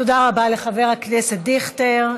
תודה רבה לחבר הכנסת דיכטר.